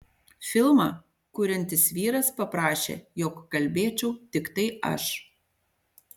filmą kuriantis vyras paprašė jog kalbėčiau tiktai aš